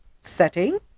setting